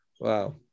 Wow